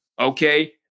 Okay